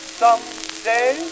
someday